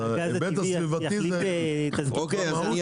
אוקיי.